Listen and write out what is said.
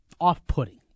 off-putting